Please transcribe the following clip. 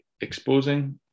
exposing